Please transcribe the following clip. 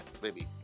baby